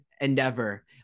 endeavor